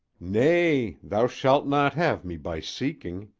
nay, thou shalt not have me by seeking.